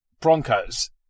Broncos